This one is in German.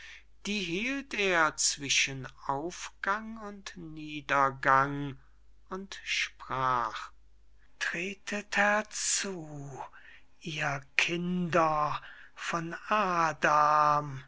die hielt er zwischen aufgang und niedergang und sprach tretet herzu ihr kinder von adam